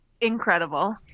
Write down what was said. Incredible